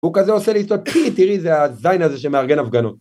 הוא כזה עושה לי.. תראי זה הזין הזה שמארגן הפגנות